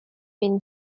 been